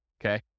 okay